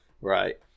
Right